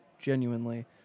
genuinely